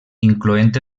incloent